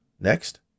next